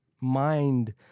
mind